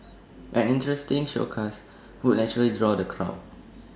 an interesting showcase would naturally draw the crowd